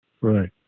Right